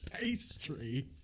pastry